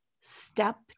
step